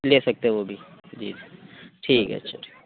لے سکتے وہ بھی جی جی ٹھیک ہے اچھا ٹھیک